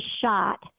shot